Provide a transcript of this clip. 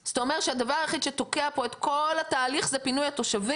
אז אתה אומר שהדבר היחיד שתוקע פה את כל התהליך זה פינוי התושבים